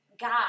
God